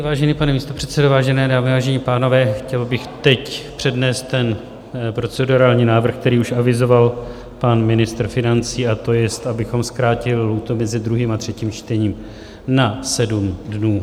Vážený pane místopředsedo, vážené dámy, vážení pánové, chtěl bych teď přednést procedurální návrh, který už avizoval pan ministr financí, a to jest, abychom zkrátili lhůtu mezi druhým a třetím čtením na 7 dnů.